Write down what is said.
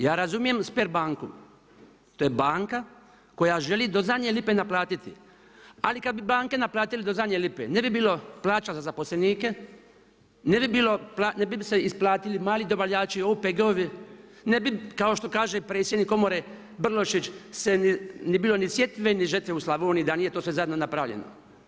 Ja razumijem Sberbanku, to je banka koja želi do zadnje lipe naplatiti ali kad bi banke naplatile do zadnje lipe, ne bi bilo plaća za zaposlenike, ne bi se isplatili mali dobavljači, OPG-ovi, ne bi kao što kaže predsjednik komore Brlošić, ne bi bilo ni sjetve ni žetve u Slavoniji da nije to sve zajedno napravljeno.